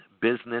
business